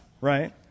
Right